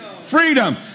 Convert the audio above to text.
freedom